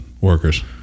workers